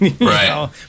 Right